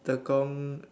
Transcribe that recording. Tekong